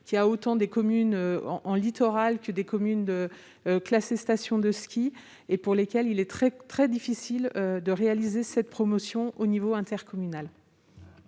qui compte autant de communes en littoral que de communes classées « supports de stations de ski », et pour lesquelles il est très difficile de réaliser cette promotion au niveau intercommunal.